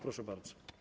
Proszę bardzo.